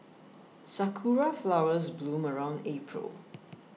sakura flowers bloom around April